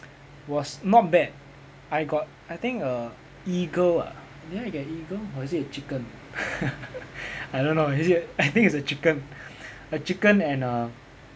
was not bad I got I think a eagle ah did I get eagle or is it a chicken I don't know is it I think it's chicken a chicken and a